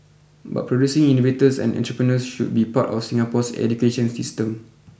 but producing innovators and entrepreneurs should be part of Singapore's education system